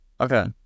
Okay